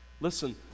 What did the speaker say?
listen